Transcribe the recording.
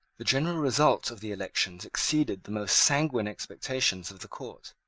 the general result of the elections exceeded the most sanguine expectations of the court.